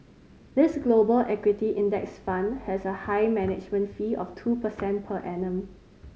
this Global Equity Index Fund has a high management fee of two percent per annum